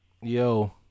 Yo